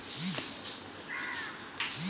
roller से खेत बराबर कइले पर पानी कअ खपत भी कम होला